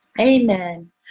amen